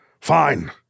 Fine